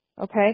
okay